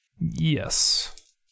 Yes